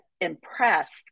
impressed